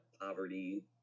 poverty